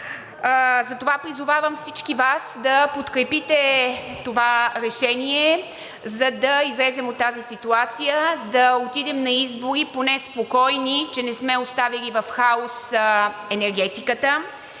Затова призовавам всички Вас да подкрепите това решение, за да излезем от тази ситуация, да отидем на избори поне спокойни, че не сме оставили в хаос енергетиката.